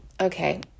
okay